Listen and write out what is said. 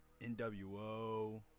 NWO